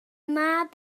mab